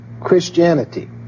christianity